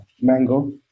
mango